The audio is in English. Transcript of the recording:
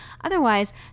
otherwise